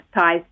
ties